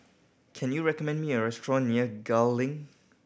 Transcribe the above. can you recommend me a restaurant near Gul Link